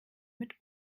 mit